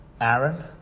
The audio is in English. Aaron